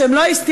שהם לא הסתירו,